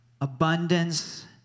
abundance